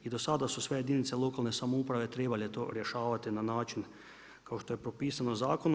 I do sada su sve jedinice lokalne samouprave trebale to rješavati na način kao što je propisano zakonom.